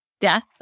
death